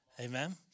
Amen